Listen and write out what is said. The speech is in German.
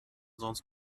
sonst